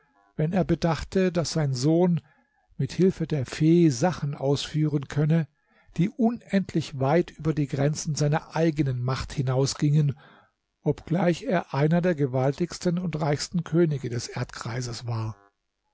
wenn er bedachte daß sein sohn mit hilfe der fee sachen ausführen könne die unendlich weit über die grenzen seiner eigenen macht hinaus gingen obgleich er einer der gewaltigsten und reichsten könig des erdkreises war